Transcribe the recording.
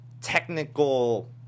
technical